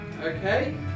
Okay